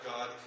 God